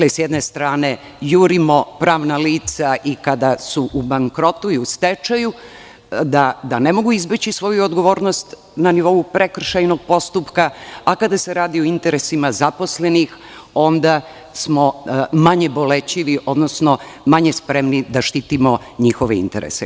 S jedne strane jurimo pravna lica i kada su bankrotu i u stečaju da ne mogu izbeći svoju odgovornost na nivou prekršajnog postupka, a kada se radi o interesima zaposlenih, onda smo manje bolećivi, odnosno manje spremni da štitimo njihove interese.